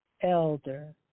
Elder